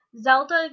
Zelda